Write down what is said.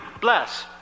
bless